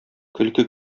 көлке